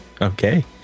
Okay